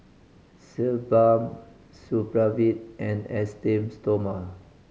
Sebamed Supravit and Esteem Stoma